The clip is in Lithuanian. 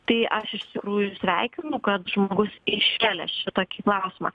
tai aš iš tikrųjų sveikinu kad žmogus iškelia šitokį klausimą